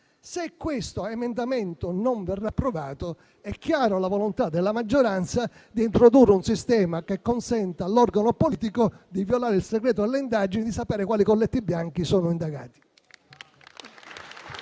Se questo emendamento non verrà approvato, sarà chiara la volontà della maggioranza di introdurre un sistema che consenta all'organo politico di violare il segreto delle indagini e di sapere quali colletti bianchi sono indagati.